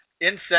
Insect